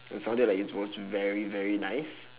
it was sounded like it was very very nice